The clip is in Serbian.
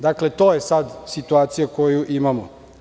Dakle, to je sada situacija koju imamo.